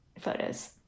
photos